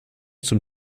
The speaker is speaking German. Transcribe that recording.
zum